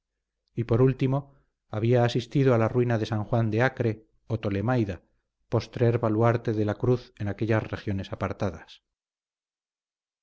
y por último había asistido a la ruina de san juan de acre o tolemaida postrer baluarte de la cruz en aquellas regiones apartadas